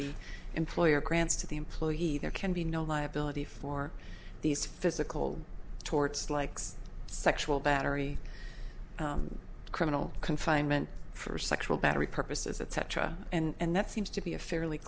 the employer grants to the employee there can be no liability for these physical torts likes sexual battery criminal confinement for sexual battery purposes etc and that seems to be a fairly